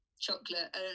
chocolate